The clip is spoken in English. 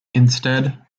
instead